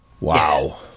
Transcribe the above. Wow